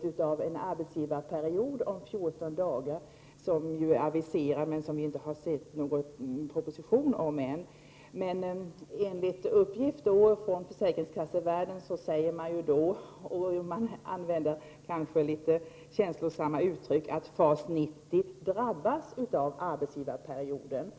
förslag om en arbetsgivarperiod om 14 dagar. Vi har ännu inte sett någon proposition om detta, men enligt uppgifter från försäkringskassevärlden sägs — kanske litet känslosamt uttryckt — att FAS 90 drabbas av arbetsgivarperioden.